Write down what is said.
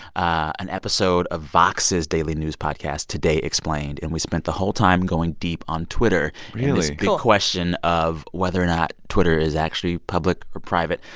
an episode of vox's daily news podcast, today, explained. and we spent the whole time going deep on twitter question of whether or not twitter is actually public or private.